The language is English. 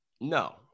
No